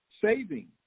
saving